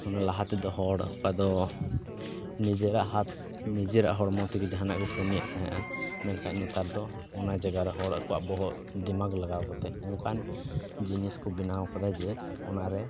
ᱞᱟᱦᱟ ᱛᱮᱫᱚ ᱦᱚᱲ ᱚᱠᱟ ᱫᱚ ᱱᱤᱡᱮᱨᱟᱜ ᱦᱟᱛ ᱱᱤᱡᱮᱨᱟᱜ ᱦᱚᱲᱢᱚ ᱛᱮᱜᱮ ᱡᱟᱦᱟᱱᱟᱜ ᱜᱮᱠᱚ ᱤᱭᱟᱹᱭᱮᱜ ᱛᱟᱦᱮᱱᱟ ᱢᱮᱱᱠᱷᱟᱡ ᱱᱮᱛᱟᱨ ᱫᱚ ᱚᱱᱟ ᱡᱟᱭᱜᱟ ᱨᱮ ᱦᱚ ᱟᱠᱚᱣᱟᱜ ᱵᱚᱦᱚᱜ ᱫᱤᱢᱟᱜᱽ ᱞᱟᱜᱟᱣ ᱠᱟᱛᱮ ᱚᱱᱠᱟᱱ ᱡᱤᱱᱤᱥ ᱠᱚ ᱵᱮᱱᱟᱣ ᱠᱟᱫᱟ ᱡᱮ ᱚᱱᱟ ᱨᱮ